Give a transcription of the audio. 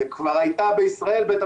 ולא מכבד אתכם כנבחרי ציבור,